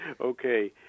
Okay